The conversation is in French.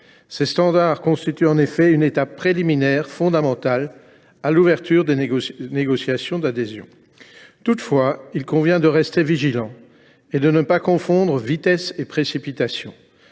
ces standards constitue une étape préliminaire fondamentale à l’ouverture des négociations d’adhésion. Toutefois, il convient de rester attentif et de ne pas confondre vitesse et précipitation.